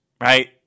right